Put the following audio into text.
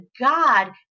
God